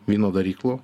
vyno daryklų